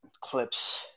clips